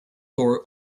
door